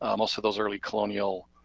um also those early, colonial